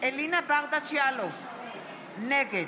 אלינה ברדץ' יאלוב, נגד